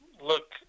look